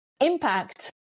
impact